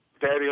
daddy